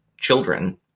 children